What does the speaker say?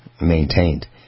maintained